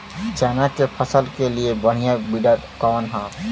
चना के फसल के लिए बढ़ियां विडर कवन ह?